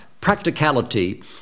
practicality